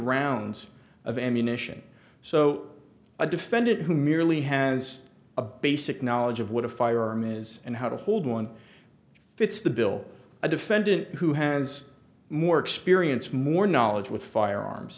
rounds of ammunition so a defendant who merely has a basic knowledge of what a firearm is and how to hold one fits the bill a defendant who has more experience more knowledge with firearms